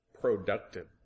productive